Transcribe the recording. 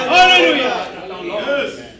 Hallelujah